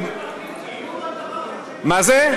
גיור לדבר הזה, מה זה?